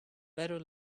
better